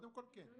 קודם כול, כן.